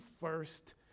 first